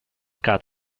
cat